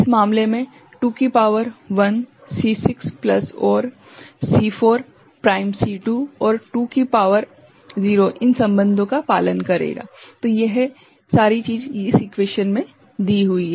इस मामले में 2 की शक्ति 1 C6 plus OR C4 prime C2 और2 की शक्ति 0 इन संबंधों का पालन करेगा